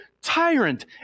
tyrant